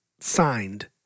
signed